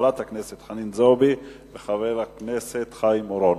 חברת הכנסת חנין זועבי וחבר הכנסת חיים אורון.